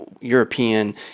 European